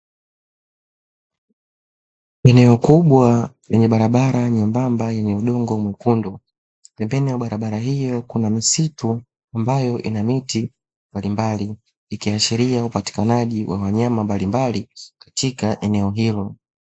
Eneo kubwa kenye barabara nyembamba yenye udongo mwekundu. Pembeni ya barabara hiyo kuna misitu ambayo ina miti mbalimbali ikiashiria upatikanaji wa wanyama mbalimbali katika eneo hilo.